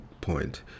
point